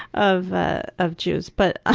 of ah of jews, but, ah